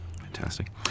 Fantastic